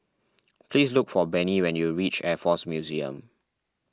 please look for Bennie when you reach Air force Museum